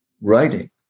writing